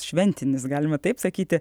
šventinis galima taip sakyti